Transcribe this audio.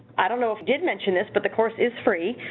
i don't know if did mention this but the course is free.